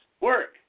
work